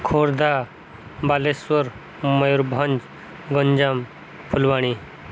Khordha Baleswar Mayurbhanj Ganjam Phulbani